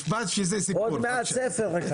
עוד מעט ספר אחד.